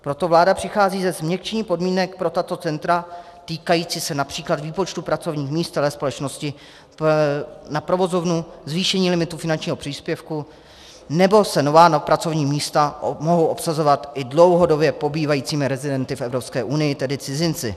Proto vláda přichází se změkčením podmínek pro tato centra týkajícím se například výpočtu pracovních míst ve společnosti na provozovnu, zvýšení limitu finančního příspěvku, nebo se nová pracovní místa mohou obsazovat i rezidenty dlouhodobě pobývajícími v Evropské unii, tedy cizinci.